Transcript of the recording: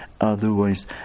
otherwise